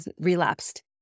relapsed